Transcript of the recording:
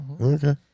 Okay